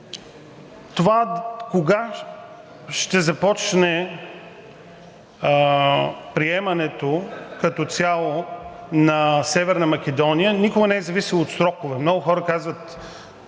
това кога ще започне приемането като цяло на Северна Македония никога не е зависело от срокове. Много хора казват